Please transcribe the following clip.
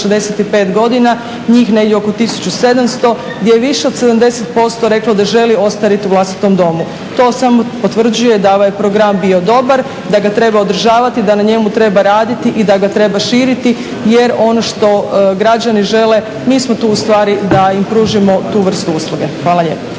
65 godina, njih negdje oko 1700, gdje je više od 70% reklo da želi ostariti u vlastitom domu. To samo potvrđuje da je ovaj program bio dobar, da ga treba održavati, da na njemu treba raditi i da ga treba širiti jer ono što građani žele, mi smo tu ustvari da im pružimo tu vrstu usluge. Hvala lijepa.